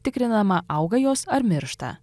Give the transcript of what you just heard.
tikrinama auga jos ar miršta